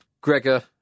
Gregor